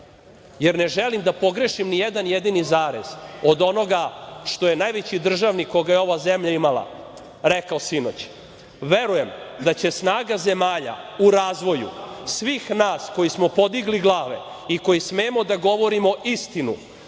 jer ne želim da pogrešim ni jedan jedini zarez od onoga što je najveći državnik koga je ova zemlja imala rekao sinoć. Verujem da će snaga zemalja u razvoju, svih nas koji smo podigli glave i koji smemo da govorimo istinu